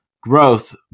growth